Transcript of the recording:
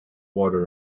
water